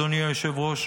אדוני היושב-ראש,